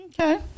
Okay